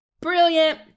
Brilliant